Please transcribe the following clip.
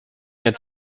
mehr